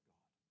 God